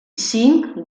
cinc